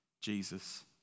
Jesus